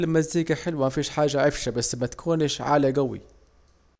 كل المزيكا حلوة مفيش حاجة عفشة بس متكونش عالية جوي